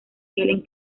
helen